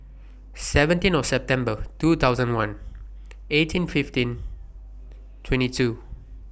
seventeenth September two thousand one eighteen fifteen twenty two